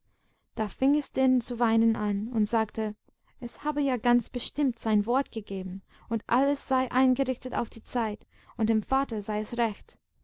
da fing es denn zu weinen an und sagte es habe ja ganz bestimmt sein wort gegeben und alles sei eingerichtet auf die zeit und dem vater sei's recht